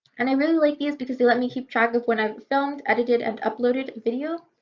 and i really like these because they let me keep track of when i've filmed, edited, and uploaded video.